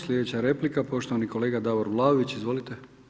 Sljedeća replika poštovani kolega Davor Vlaović, izvolite.